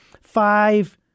five